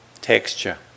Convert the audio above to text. texture